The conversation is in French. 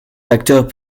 facteurs